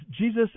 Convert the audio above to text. Jesus